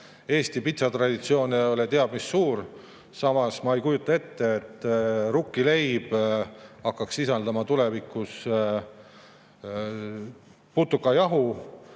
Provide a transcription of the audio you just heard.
Eesti pitsatraditsioon ei ole teab mis suur, samas ma ei kujuta ette, et rukkileib hakkaks sisaldama tulevikus putukajahu.